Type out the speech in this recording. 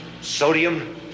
sodium